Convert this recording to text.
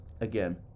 Again